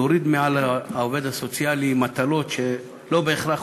להוריד מעל העובד הסוציאלי מטלות שלא בהכרח